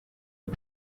iyi